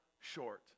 short